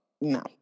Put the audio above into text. no